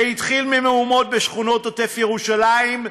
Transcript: זה התחיל במהומות בשכונות עוטף-ירושלים,